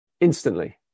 instantly